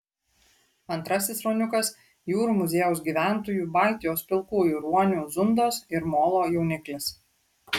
antrasis ruoniukas jūrų muziejaus gyventojų baltijos pilkųjų ruonių zundos ir molo jauniklis